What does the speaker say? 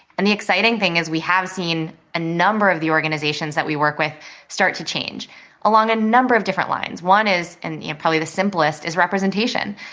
and the exciting thing is, we have seen a number of the organizations that we work with start to change along a number of different lines. one is and probably the simplest is representation.